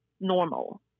normal